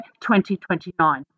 2029